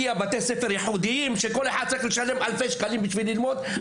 דמוקרטיים וייחודיים שכל אחד צריך לשלם אלפי שקלים בשביל ללמוד בהם,